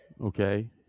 Okay